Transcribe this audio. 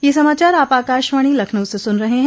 ब्रे क यह समाचार आप आकाशवाणी लखनऊ से सुन रहे हैं